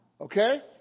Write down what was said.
Okay